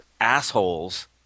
assholes